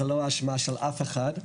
זו לא אשמה של אף אחד,